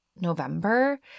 November